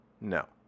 No